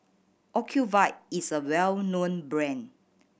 Ocuvite is a well known brand